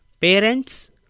parents